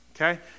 Okay